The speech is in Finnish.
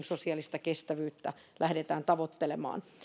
sosiaalista kestävyyttä lähdetään tavoittelemaan